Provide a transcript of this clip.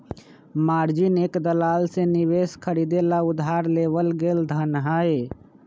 margin एक दलाल से निवेश खरीदे ला उधार लेवल गैल धन हई